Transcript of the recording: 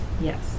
yes